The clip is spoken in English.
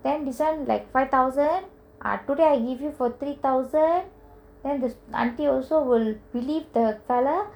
then this [one] like five thousand ah today I give you for three thousand then the auntie will also believe the person